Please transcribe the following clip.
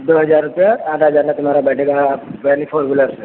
दो हज़ार रुपये आना जाना तुम्हारा बैठेगा फोर विलर से